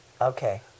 Okay